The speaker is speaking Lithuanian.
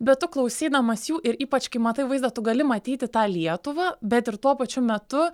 bet tu klausydamas jų ir ypač kai matai vaizdą tu gali matyti tą lietuvą bet ir tuo pačiu metu